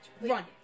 Run